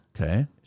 Okay